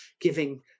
giving